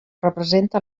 representa